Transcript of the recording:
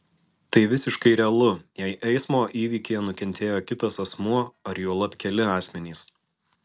tai visiškai realu jei eismo įvykyje nukentėjo kitas asmuo ar juolab keli asmenys